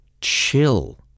Chill